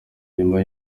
nyuma